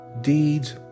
deeds